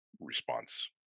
response